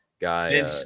guy